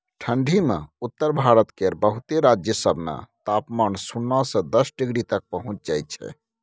ठंढी मे उत्तर भारत केर बहुते राज्य सब मे तापमान सुन्ना से दस डिग्री तक पहुंच जाइ छै